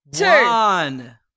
one